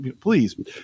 please